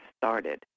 started